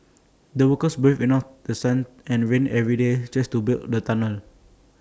the workers braved enough The Sun and rain every day just to build the tunnel